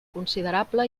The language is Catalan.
considerable